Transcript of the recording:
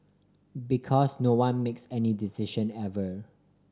because no one makes any decision ever